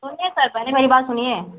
सुनिए सर पहेले मेरी बात सुनिए